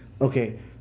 okay